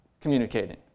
communicating